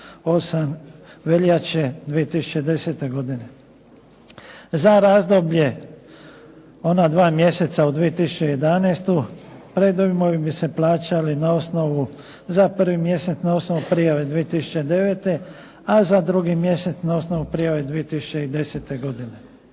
Za razdoblje ona dva mjeseca u 2011. predujmovi bi se plaćali na osnovu za prvi mjesec na osnovu prijave 2009., a za drugi mjesec na osnovu prijave 2010. godine.